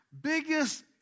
biggest